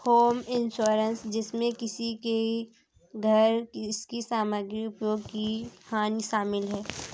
home insurance जिसमें किसी के घर इसकी सामग्री उपयोग की हानि शामिल है